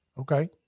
Okay